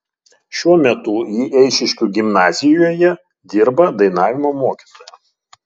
šiuo metu ji eišiškių gimnazijoje dirba dainavimo mokytoja